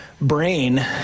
brain